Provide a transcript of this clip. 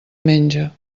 menja